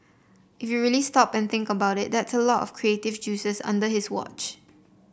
if you really stop and think about it that's a lot of creative juices under his watch